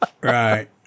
right